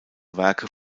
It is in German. werke